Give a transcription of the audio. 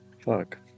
Fuck